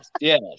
Yes